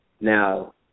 now